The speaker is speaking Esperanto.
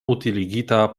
utiligita